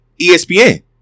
ESPN